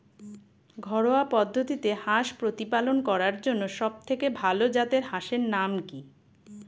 ঘরোয়া পদ্ধতিতে হাঁস প্রতিপালন করার জন্য সবথেকে ভাল জাতের হাঁসের নাম কি?